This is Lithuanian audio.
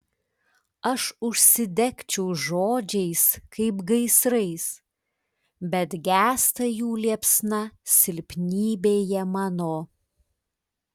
aš užsidegčiau žodžiais kaip gaisrais bet gęsta jų liepsna silpnybėje mano